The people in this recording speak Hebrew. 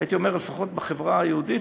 הייתי אומר לפחות בחברה היהודית,